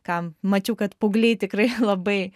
ką mačiau kad paaugliai tikrai labai